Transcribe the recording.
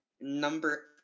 Number